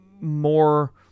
more